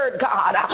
God